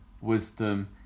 wisdom